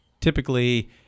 typically